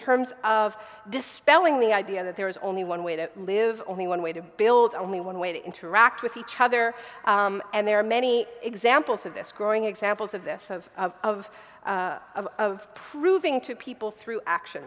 terms of dispelling the idea that there is only one way to live only one way to build only one way to interact with each other and there are many examples of this growing examples of this of of of proving to people through action